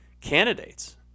candidates